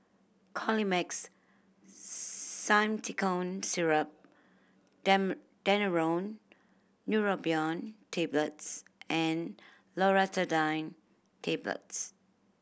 Colimix Simethicone Syrup Daneuron Neurobion Tablets and Loratadine Tablets